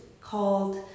called